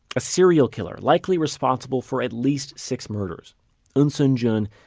a serial killer likely responsible for at least six murders eunsoon jun,